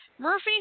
Murphy